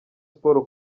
sports